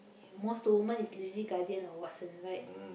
most to women is really Guardian or Watsons right